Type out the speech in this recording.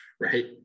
right